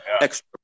extra